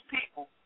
people